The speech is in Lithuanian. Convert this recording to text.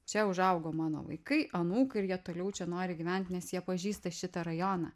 čia užaugo mano vaikai anūkai ir jie toliau čia nori gyvent nes jie pažįsta šitą rajoną